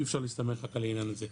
אי אפשר להסתמך רק על העניין הזה.